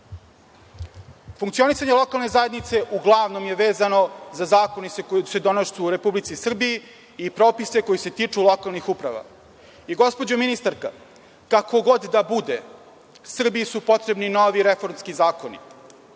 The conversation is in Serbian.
Funkcionisanje lokalne zajednice uglavnom je vezano za zakone koji se donose u Republici Srbiji i propise koji se tiču lokalnih uprava. Gospođo ministarka, kako god da bude, Srbiji su potrebni novi reformski zakoni.